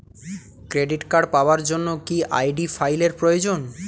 Credit card পাওয়ার জন্য কি আই.ডি ফাইল এর প্রয়োজন?